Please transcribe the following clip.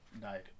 died